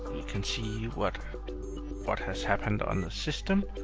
we can see what what has happened on the system,